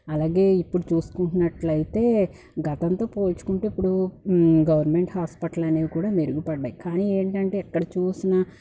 అలాగే ఇప్పుడు చూసుకుంటున్నట్లయితే గతంతో పోల్చుకుంటే ఇప్పుడు గవర్నమెంట్ హాస్పిటల్ అనేవి కూడా మెరుగుపడ్డాయి కానీ ఏంటంటే ఎక్కడ చూసిన